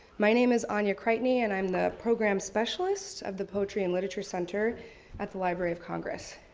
my name is anya creightney and i am the program specialist of the poetry and literature center at the library of congress.